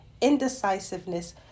indecisiveness